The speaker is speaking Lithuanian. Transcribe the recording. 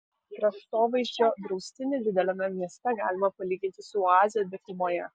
kraštovaizdžio draustinį dideliame mieste galima palyginti su oaze dykumoje